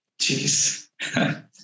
Jeez